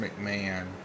McMahon